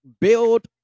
build